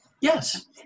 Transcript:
Yes